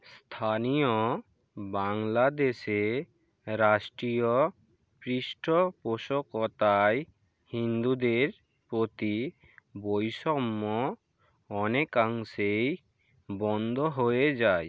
স্থানীয় বাংলাদেশে রাষ্ট্রীয় পৃষ্ঠপোষকতায় হিন্দুদের প্রতি বৈষম্য অনেকাংশেই বন্ধ হয়ে যায়